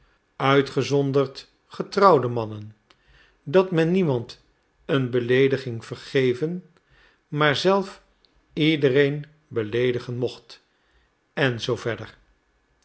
uitgezonderd getrouwde mannen dat men niemand een beleediging vergeven maar zelf ieder beleedigen mocht en zoo verder